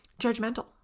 judgmental